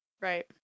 right